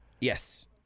Yes